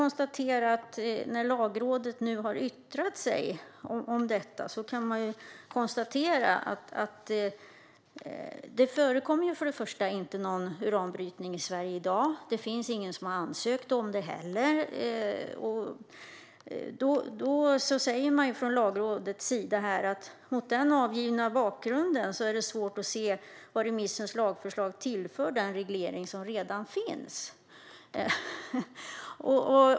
När Lagrådet nu har yttrat sig om detta kan man först och främst konstatera att det inte förekommer någon uranbrytning i Sverige i dag. Ingen har heller ansökt om det. Man säger från Lagrådets sida att det mot den angivna bakgrunden är svårt att se vad remissens lagförslag tillför den reglering som redan finns.